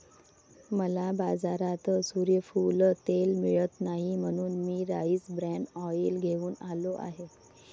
मला बाजारात सूर्यफूल तेल मिळत नाही म्हणून मी राईस ब्रॅन ऑइल घेऊन आलो आहे